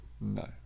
no